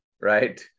right